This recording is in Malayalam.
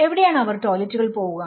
എവിടെയാണ് അവർ ടോയ്ലറ്റുകളിൽ പോവുക